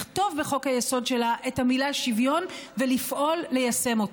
לכתוב בחוק-היסוד שלה את המילה "שוויון" ולפעול ליישם אותו.